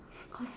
cause